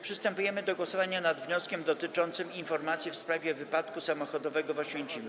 Przystępujemy do głosowania nad wnioskiem dotyczącym informacji w sprawie wypadku samochodowego w Oświęcimiu.